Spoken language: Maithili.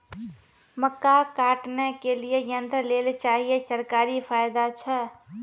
मक्का काटने के लिए यंत्र लेल चाहिए सरकारी फायदा छ?